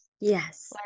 Yes